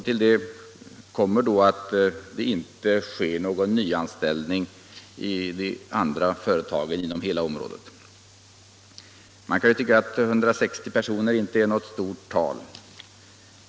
Till detta kommer att det inte sker någon nyanställning i de andra företagen inom området. Man kan ju tycka att 160 personer inte är något stort antal.